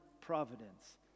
providence